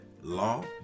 law